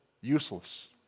useless